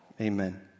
amen